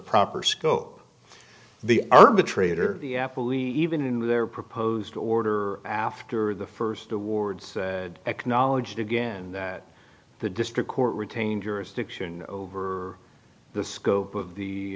proper scope the arbitrator the apple even in their proposed order after the first awards acknowledged again that the district court retain jurisdiction over the scope of the